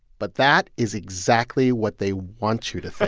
but that is exactly what they want you to think